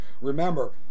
Remember